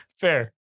fair